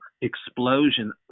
explosion